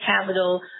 capital